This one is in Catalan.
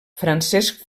francesc